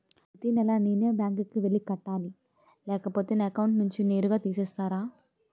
ప్రతి నెల నేనే బ్యాంక్ కి వెళ్లి కట్టాలి లేకపోతే నా అకౌంట్ నుంచి నేరుగా తీసేస్తర?